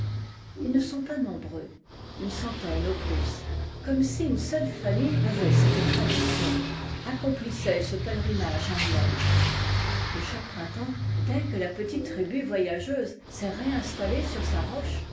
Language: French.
ils ne sont pas nombreux une centaine au plus comme si une seule famille avait cette tradition accomplissait ce pèlerinage annuel et chaque printemps dès que la petite tribu voyageuse s'est réinstallée sur sa roche